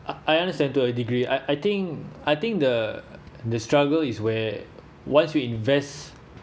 I understand to a degree I I think I think the the struggle is where once you invest